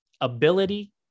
ability